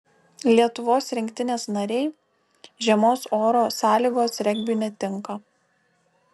lietuvos rinktinės nariai žiemos oro sąlygos regbiui netinka